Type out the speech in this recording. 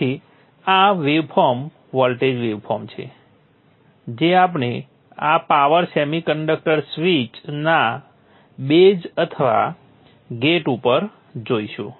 તેથી આ waveform voltage waveform છે જે આપણે આ પાવર સેમિકન્ડક્ટર સ્વીચ ના બેઝ અથવા ગેટ ઉપર જોઈશું